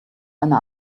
eine